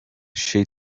she